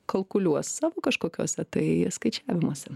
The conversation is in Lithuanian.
kalkuliuos savo kažkokiuose tai skaičiavimuose